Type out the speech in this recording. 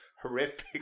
horrific